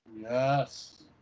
Yes